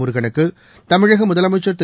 முருகனுக்கு தமிழக முதலமைச்சா் திரு